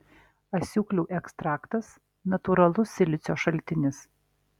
asiūklių ekstraktas natūralus silicio šaltinis